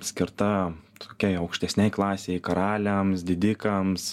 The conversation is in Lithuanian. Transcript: skirta tokiai aukštesnei klasei karaliams didikams